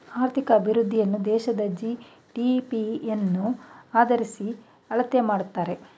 ಆರ್ಥಿಕ ಅಭಿವೃದ್ಧಿಯನ್ನು ದೇಶದ ಜಿ.ಡಿ.ಪಿ ಯನ್ನು ಆದರಿಸಿ ಅಳತೆ ಮಾಡುತ್ತಾರೆ